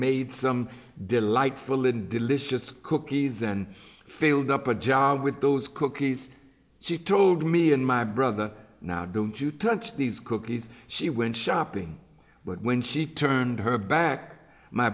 made some delightful little delicious cookies and failed up a job with those cookies she told me and my brother now don't you touch these cookies she went shopping but when she turned her back my